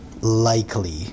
likely